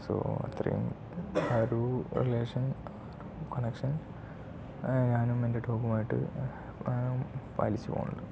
so അത്രയും ആ ഒരു റിലേഷൻ കണക്ഷൻ ഞാനും എൻ്റെ ഡോഗുമായിട്ട് പാലിച്ചു പോകുന്നുണ്ട്